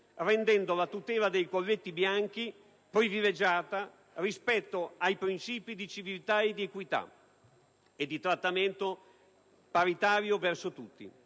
rendendo la tutela dei «colletti bianchi» privilegiata rispetto ai principi di civiltà, di equità e di trattamento paritario verso tutti;